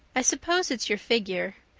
i suppose it's your figure.